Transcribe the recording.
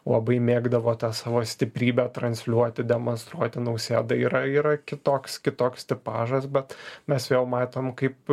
labai mėgdavo tą savo stiprybę transliuoti demonstruoti nausėda yra yra kitoks kitoks tipažas bet mes vėl matom kaip